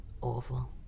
awful